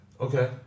Okay